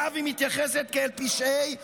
שאליו היא מתייחסת כאל "פשעי זוועה"